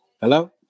Hello